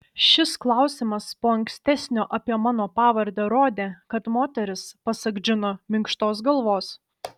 šis klausimas po ankstesnio apie mano pavardę rodė kad moteris pasak džino minkštos galvos